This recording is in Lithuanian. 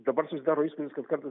dabar susidaro įspūdis kad kartais